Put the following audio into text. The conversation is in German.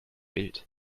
bild